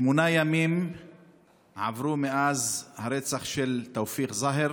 שמונה ימים עברו מאז הרצח של תאופיק זהר,